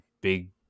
big